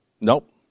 Nope